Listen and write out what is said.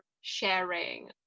sharing